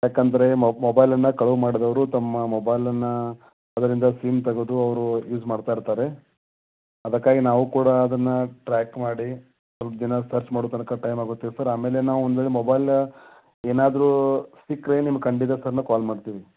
ಯಾಕಂದರೆ ಮೊಬೈಲನ್ನ ಕಳವು ಮಾಡ್ದವರು ತಮ್ಮ ಮೊಬೈಲನ್ನ ಅದರಿಂದ ಸಿಮ್ ತೆಗ್ದು ಅವರು ಯೂಸ್ ಮಾಡ್ತಾ ಇರ್ತಾರೆ ಅದಕ್ಕಾಗೆ ನಾವು ಕೂಡ ಅದನ್ನ ಟ್ರ್ಯಾಕ್ ಮಾಡಿ ಸೊಲ್ಪ ದಿನ ಸರ್ಚ್ ಮಾಡೋ ತನಕ ಟೈಮ್ ಆಗುತ್ತೆ ಸರ್ ಆಮೇಲೆ ನಾವು ಒಂದ್ವೆಳೆ ಮೊಬೈಲ ಏನಾದರು ಸಿಕ್ಕರೆ ನಿಮ್ಗೆ ಖಂಡಿತ ಸರ್ ನಾ ಕಾಲ್ ಮಾಡ್ತೀವಿ